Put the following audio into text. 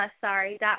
sorry